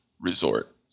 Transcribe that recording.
resort